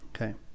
Okay